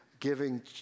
Giving